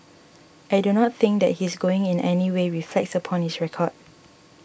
I do not think that his going in anyway reflects upon his record